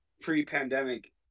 pre-pandemic